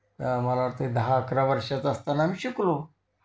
मला वाटतं आहे दहा अकरा वर्षाचा असताना मी शिकलो